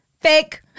Fake